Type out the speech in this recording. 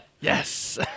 Yes